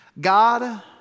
God